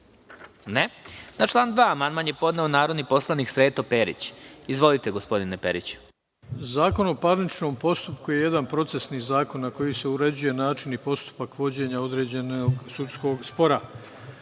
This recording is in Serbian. (Ne.)Na član 2. amandman je podneo narodni poslanik Sreto Perić. Izvolite, gospodine Periću. **Sreto Perić** Zakon o parničnom postupku je jedan procesni zakon kojim se uređuje način i postupak vođenja određenog sudskog